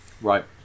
Right